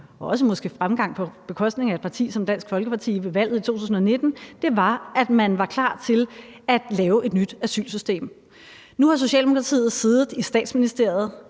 og også måske fremgang på bekostning af et parti som Dansk Folkeparti, ved valget i 2019, var, at man var klar til at lave et nyt asylsystem. Nu har Socialdemokratiet siddet i Statsministeriet